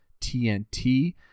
TNT